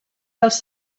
dels